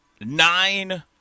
Nine